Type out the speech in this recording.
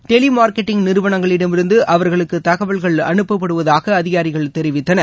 டெலி marketing நிறுவனங்களிடமிருந்து அவர்களுக்கு தகவல்கள் அனுப்பப்படுவதாக அதிகாரிகள் தெரிவித்தனர்